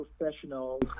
professionals